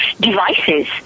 devices